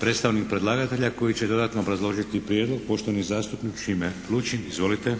Predstavnik predlagatelja koji će dodatno obrazložiti prijedlog, poštovani zastupnik Šime Lučin. Izvolite.